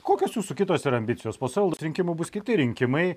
kokios jūsų kitos yra ambicijos po savivaldos rinkimų bus kiti rinkimai